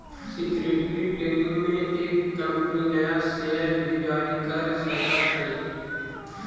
security training में एक company नया शेयर भी जारी कर सकऽ हई